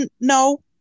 no